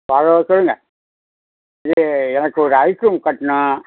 hello சொல்லுங்கள் இது எனக்கு ஒரு ரூம் கட்டணும்